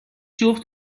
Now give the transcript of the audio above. جفت